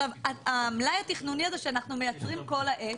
המלאי התכנוני הזה שאנחנו מייצרים כל העת